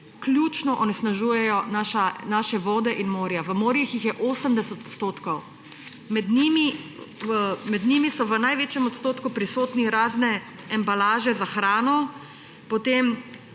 ključno onesnažujejo naše vode in morja, v morjih jih je 80 %. Med njimi so v največjem odstotku prisotne razne embalaže za hrano, potem